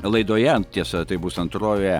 laidoje tiesa tai bus antrojoje